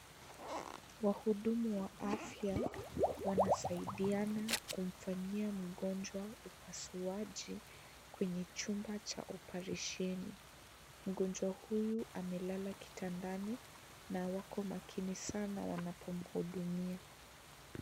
Wahudumu wa afya wanasaidiana kumfanyia mgonjwa upasuaji kwenye chumba cha opalesheni. Mgonjwa huyu amelala kitandani na wako makini sana wanapomhudumia.